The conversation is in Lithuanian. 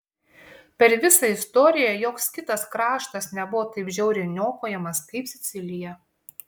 per visą istoriją joks kitas kraštas nebuvo taip žiauriai niokojamas kaip sicilija